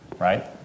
right